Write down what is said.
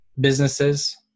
businesses